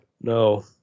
No